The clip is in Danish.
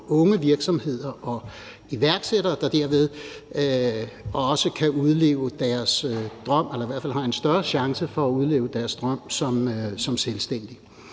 unge virksomheder og iværksættere, der derved også kan udleve deres drøm eller i hvert fald har en større chance for at udleve deres drøm som selvstændig.